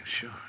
sure